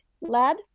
lad